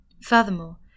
Furthermore